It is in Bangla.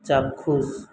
চাক্ষুষ